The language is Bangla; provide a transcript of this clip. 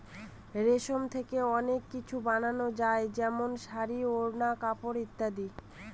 রেশম থেকে অনেক কিছু বানানো যায় যেমন শাড়ী, ওড়না, কাপড় ইত্যাদি